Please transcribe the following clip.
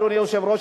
אדוני היושב-ראש,